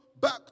back